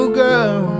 girl